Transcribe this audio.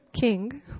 king